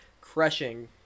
crushing